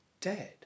dead